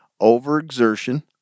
overexertion